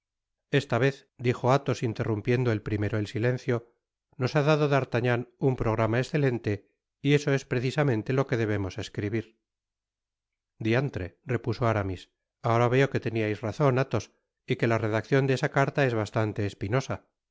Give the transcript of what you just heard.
esta vez dijo athos interrumpiendo el primero el silencio nos ha dado d'artagnan un programa escelente y eso es precisamente lo que debemos escribir diantre repuso aramis ahora veo que teniais razon athos y que la redaccion de esa carta es bastante espinosa el